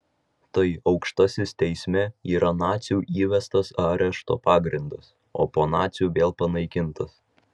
tai aukštasis teisme yra nacių įvestas arešto pagrindas o po nacių vėl panaikintas